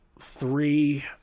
three